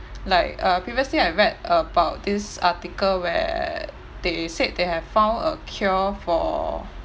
like uh previously I've read about this article where they said they have found a cure for